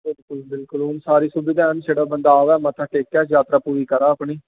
बिल्कुल जी बिल्कुल हून सारी सुविधा हैन छड़ा बंदा आए ते मत्था टेकै यात्रा पूरी करै अपनी